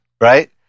right